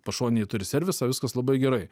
pašonėj turi servisą viskas labai gerai